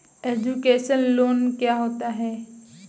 Education loan क्या होता है?